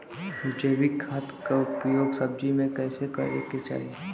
जैविक खाद क उपयोग सब्जी में कैसे करे के चाही?